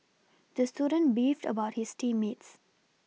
the student beefed about his team mates